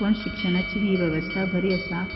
पूण शिक्षणाची ही वेवस्था बरी आसा